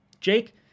Jake